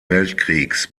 weltkriegs